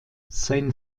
sein